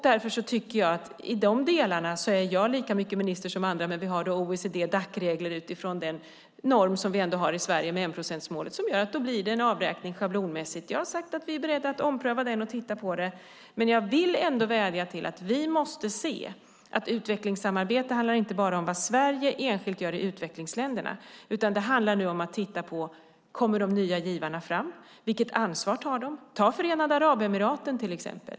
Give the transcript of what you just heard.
Därför tycker jag att jag i de delarna är lika mycket minister som andra, men vi har OECD-regler och Dacregler utifrån den norm som vi har i Sverige med enprocentsmålet som gör att det blir en schablonmässig avräkning. Jag har sagt att vi är beredda att titta på det och ompröva det, men jag vill ändå vädja om att vi måste se att utvecklingssamarbete inte bara handlar om vad Sverige enskilt gör i utvecklingsländerna. Det handlar nu om att titta på om de nya givarna kommer fram och vilket ansvar de tar. Ta Förenade Arabemiraten till exempel!